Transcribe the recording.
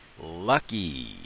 Lucky